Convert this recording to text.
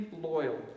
loyal